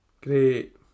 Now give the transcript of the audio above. Great